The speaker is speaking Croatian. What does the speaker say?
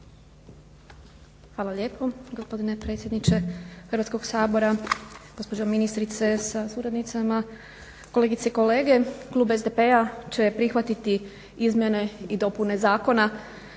Hvala lijepo gospodine predsjedniče Hrvatskog sabora, gospođo ministrice sa suradnicama, kolegice i kolege. Klub SDP-a će prihvatiti izmjene i dopune Zakona